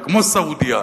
כמו סעודיה,